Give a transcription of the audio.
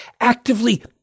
actively